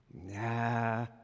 Nah